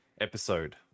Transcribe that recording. episode